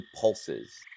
pulses